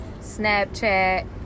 Snapchat